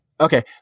Okay